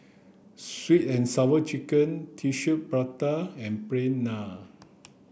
sweet and sour chicken tissue prata and plain naan